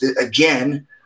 again